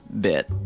bit